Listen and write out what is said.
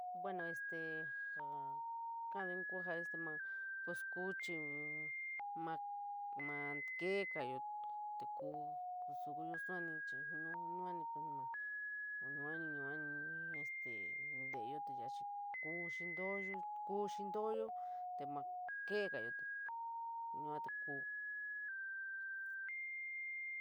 Bueno, joo kaaden este ma ku chir ma keegayo ko kusokoyo suoni chir nu, yuani, yuani este teeyo te yaa chir, koo xintoo'yo, koo xintoo'yo te ma keegayo, yuoi te ku.